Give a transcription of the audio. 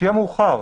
לפי המאוחר.